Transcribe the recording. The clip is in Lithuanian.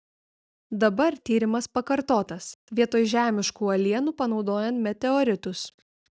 dabar tyrimas pakartotas vietoj žemiškų uolienų panaudojant meteoritus